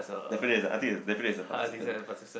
definitely I think it's better than the participant